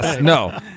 No